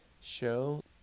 show